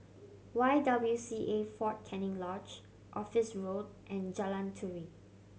Y W C A Fort Canning Lodge Office Road and Jalan Turi